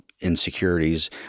insecurities